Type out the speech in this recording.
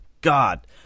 God